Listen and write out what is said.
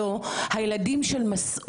ראינו מה עשיתם לכל מי שלא עומד